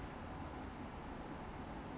more pioneer than Mcdonalds